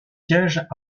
sièges